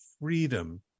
freedom